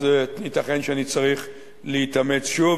ייתכן שאני צריך להתאמץ שוב.